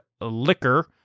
liquor